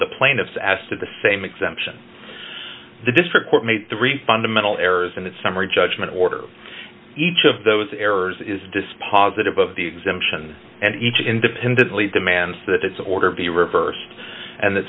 the plaintiffs as to the same exemption the district court made three fundamental errors in its summary judgment order each of those errors is dispositive of the exemption and each independently demands that its order be reversed and th